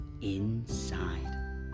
inside